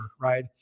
right